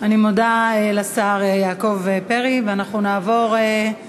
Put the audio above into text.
אני מודה לשר יעקב פרי, ואנחנו נעבור, כן,